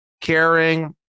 caring